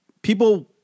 People